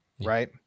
right